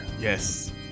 Yes